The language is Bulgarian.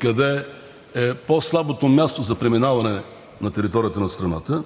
къде е по-слабото място за преминаване на територията на страната,